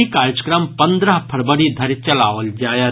ई कार्यक्रम पंद्रह फरवरी धरि चलाओल जायत